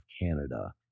Canada